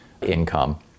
Income